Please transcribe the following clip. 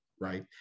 right